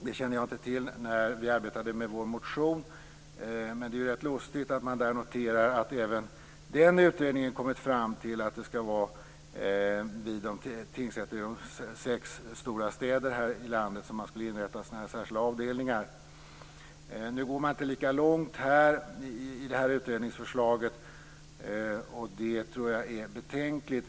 Det kände jag inte till när vi arbetade med vår motion, men det är ganska lustigt att notera att den utredningen har kommit fram till att sådana här särskilda avdelningar skulle inrättas vid tingsrätter i sex stora städer här i landet. I det här utredningsförslaget går man inte lika långt som vi gör. Det är betänkligt.